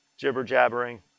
jibber-jabbering